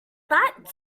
that